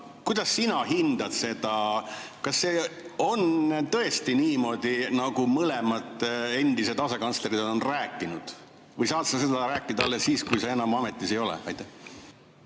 kuidas sina hindad seda? Kas see on tõesti niimoodi, nagu mõlemad endised asekantslerid on rääkinud? Või saad sa seda rääkida alles siis, kui sa enam ametis ei ole? Hea